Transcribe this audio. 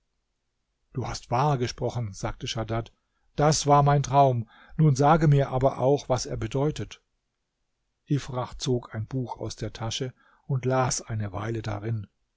du hast wahr gesprochen sagte schadad das war mein traum nun sage mir aber auch was er bedeutet ifrach zog ein buch aus der tasche und las eine weile darin